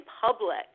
public